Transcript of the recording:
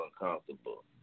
uncomfortable